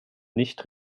nicht